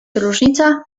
różnica